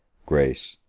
grace,